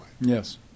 Yes